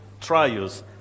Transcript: trials